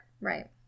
right